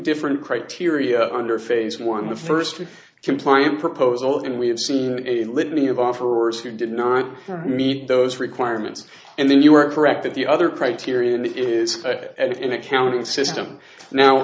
different criteria under phase one the first was compliant proposal and we have seen a litany of offerers who did not meet those requirements and then you are correct that the other criterion is if in accounting system now